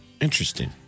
Interesting